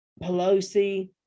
Pelosi